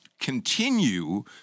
continue